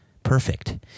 perfect